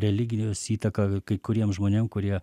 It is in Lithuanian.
religijos įtaka kai kuriem žmonėm kurie